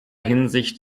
hinsicht